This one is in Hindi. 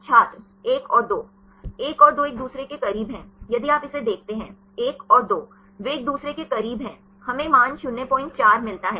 छात्र 1 और 2 1 और 2 एक दूसरे के करीब हैं यदि आप इसे देखते हैं 1 और 2 वे एक दूसरे के करीब हैं हमें मान 04 मिलता है